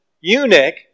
eunuch